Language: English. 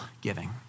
giving